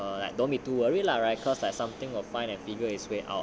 err I don't need to worry lah right cause like something will find an figure it's way out